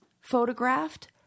photographed